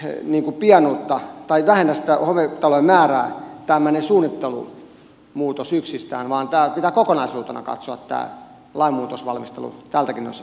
helmikuu piano tai vähennystä on ei tämmöinen suunnittelumuutos yksistään vähennä sitä hometalojen määrää vaan pitää kokonaisuutena katsoa tämä lainmuutosvalmistelu tältäkin osalta